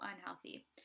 unhealthy